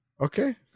Okay